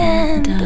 end